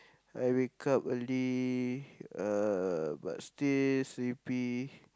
I wake up early uh but still sleepy